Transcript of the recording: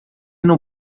não